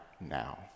now